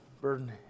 burden